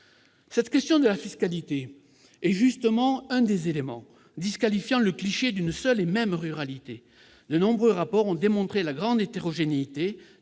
Cette question de la fiscalité est justement un des éléments disqualifiant le cliché d'une seule et même ruralité. De nombreux rapports ont démontré la grande hétérogénéité